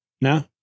No